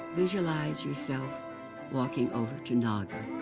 visualize yourself walking over to naga.